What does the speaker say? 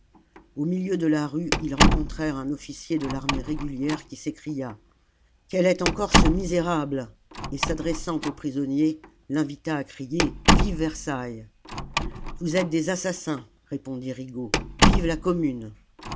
au milieu de la rue ils rencontrèrent un officier de l'armée régulière qui s'écria quel est encore ce misérable et s'adressant au prisonnier l'invita à crier vive versailles vous êtes des assassins répondit rigaud vive la commune